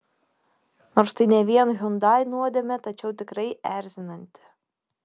nors tai ne vien hyundai nuodėmė tačiau tikrai erzinanti